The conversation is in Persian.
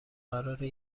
قراره